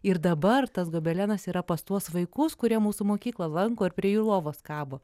ir dabar tas gobelenas yra pas tuos vaikus kurie mūsų mokyklą lanko ir prie jų lovos kabo